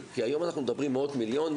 היום אנחנו מדברים על מאות מיליונים,